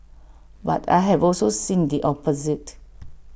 but I have also seen the opposite